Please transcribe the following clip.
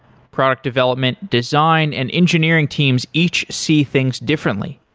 product development, design and engineering teams each see things differently.